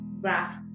graph